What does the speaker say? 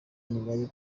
ntiyari